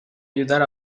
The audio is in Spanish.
ayudar